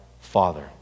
Father